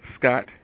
Scott